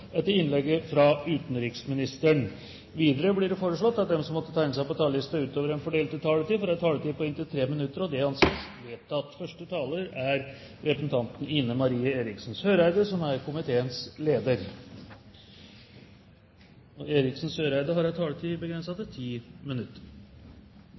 etter innlegget fra utenriksministeren innenfor den fordelte taletid. Videre blir det foreslått at de som måtte tegne seg på talerlisten utover den fordelte taletid, får en taletid på inntil 3 minutter. – Det anses vedtatt. En samlet utenrikskomité uttalte i forrige periode i forbindelse med behandlingen av et representantforslag fra Erna Solberg og